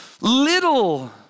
little